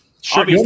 Sure